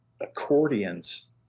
accordions